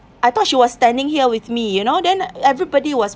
I thought she was standing here with me you know then everybody was